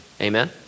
Amen